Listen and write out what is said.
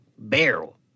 Barrel